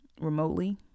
remotely